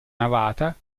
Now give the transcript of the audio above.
navata